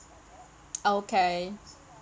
okay